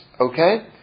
Okay